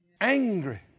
Angry